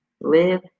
Live